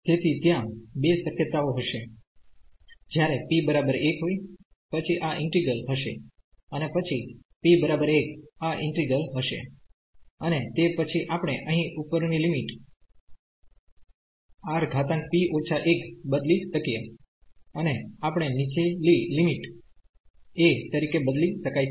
તેથી ત્યાં બે શક્યતાઓ હશે જ્યારે p 1 હોય પછી આ ઈન્ટિગ્રલહશે અને પછી p 1 આ ઈન્ટિગ્રલહશે અને તે પછી આપણે અહીં ઉપરની લિમિટ R ઘાતાંક p ઓછા 1 બદલી શકીએ અને આપણે નીચલી લિમિટ a તરીકે બદલી શકાય છે